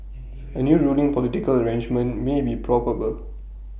A new ruling political arrangement may be probable